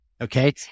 okay